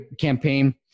campaign